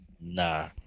Nah